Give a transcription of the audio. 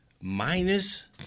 minus